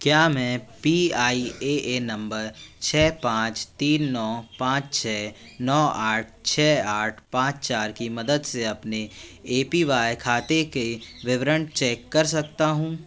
क्या मैं P R A N number छः पाँच तीन नौ पाँच छः नौ आठ छः आठ पाँच चार की मदद से अपने ए पी वाई खाते के विवरण चेक कर सकता हूँ